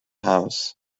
house